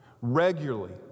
Regularly